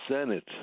Senate